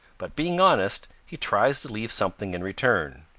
but being honest, he tries to leave something in return.